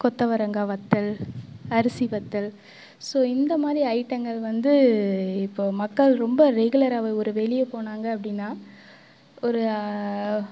கொத்தவரங்காய் வத்தல் அரிசி வத்தல் ஸோ இந்த மாதிரி ஐட்டங்கள் வந்து இப்போ மக்கள் ரொம்ப ரெகுலர்ராவே ஒரு வெளியே போனாங்க அப்படின்னா ஒரு